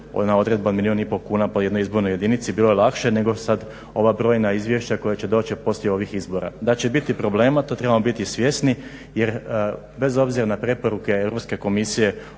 na odredba milijun i pol kuna po jednoj izbornoj jedinici bilo je lakše nego je sad ova brojna izvješća koja će doći poslije ovih izbora. Da će biti problema to trebamo biti svjesni jer bez obzira na preporuke Europske komisije